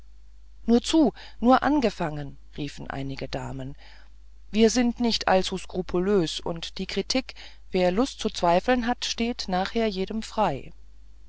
nur zu nur angefangen riefen einige damen wir sind nicht allzu skrupulös und die kritik wer lust zu zweifeln hat steht nachher jedem frei